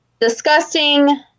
disgusting